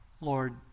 Lord